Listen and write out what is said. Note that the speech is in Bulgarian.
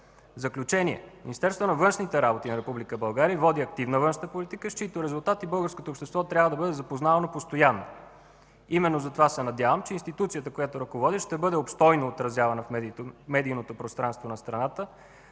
заключение, Министерството на външните работи на Република България води активна външна политика, с чиито резултати българското общество трябва да бъде запознавано постоянно. Именно затова се надявам, че институцията, която ръководя, ще бъде обстойно отразявана в медийното пространство на страната.